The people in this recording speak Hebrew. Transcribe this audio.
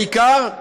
בעיקר,